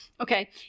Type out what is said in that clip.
okay